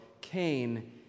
Cain